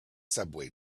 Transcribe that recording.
subway